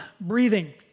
breathing